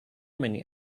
many